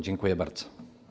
Dziękuję bardzo.